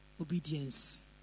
Obedience